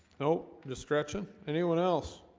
no discretion anyone else